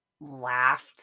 laughed